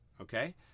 Okay